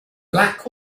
black